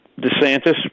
DeSantis